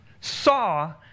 saw